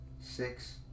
Six